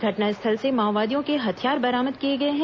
घटनास्थल से माओवादियों के हथियार बरामद किए गए हैं